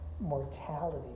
mortality